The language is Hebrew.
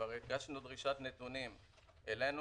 כבר הגשנו דרישת נתונים אלינו.